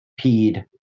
peed